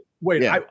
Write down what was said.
wait